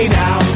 now